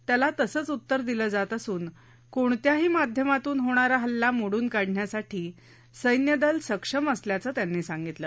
त्याला तसंच उतर दिलं जात असून कोणत्याही माध्यमातून होणारा हल्ला मोडून काढण्यासाठी सैन्यदल सक्षम असल्याचं त्यांनी सांगितलं